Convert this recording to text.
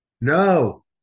No